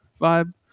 vibe